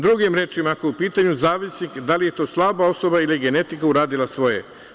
Drugim rečima, ako je u pitanju zavisnik, da li je to slaba osoba ili je genetika uradila svoje.